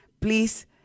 Please